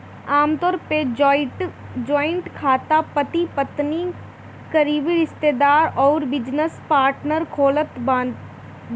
आमतौर पअ जॉइंट खाता पति पत्नी, करीबी रिश्तेदार अउरी बिजनेस पार्टनर खोलत बाने